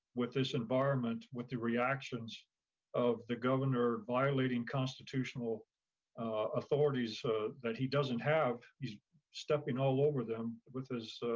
with this environment, with the reactions of the governor violating constitutional authorities that he doesn't have. he's stepping all over them with his